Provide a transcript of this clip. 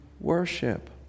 worship